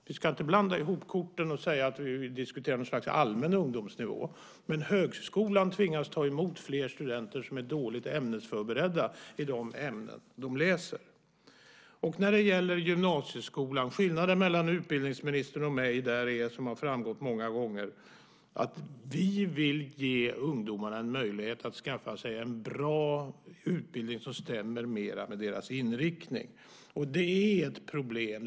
Vi ska inte blanda ihop korten och säga att vi diskuterar någon slags allmän ungdomsnivå. Men högskolan tvingas ta emot fler studenter som är dåligt ämnesförberedda i de ämnen de läser. Skillnaden mellan utbildningsministern och mig när vi talar om gymnasieskolan är, som har framgått många gånger, att vi vill ge ungdomarna en möjlighet att skaffa sig en bra utbildning som stämmer mer med deras inriktning. Det är ett problem.